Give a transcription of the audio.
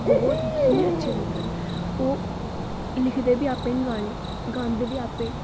बहुत ही अच्छे सिंगर ऐ ओह् लिखदे बी आपे न गाने गांदे बी आपे न